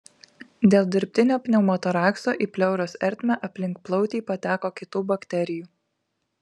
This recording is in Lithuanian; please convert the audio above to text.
dėl dirbtinio pneumotorakso į pleuros ertmę aplink plautį pateko kitų bakterijų